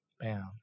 bam